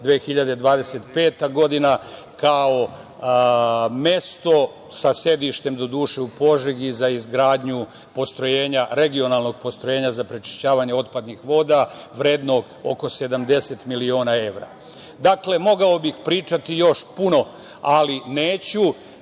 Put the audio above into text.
2020-2025. godina kao mesto sa sedištem doduše u Požegi za izgradnju regionalnog postrojenja za prečišćavanje otpadnih voda vrednog oko 70 miliona evra. Dakle, mogao bih pričati još puno, ali neću.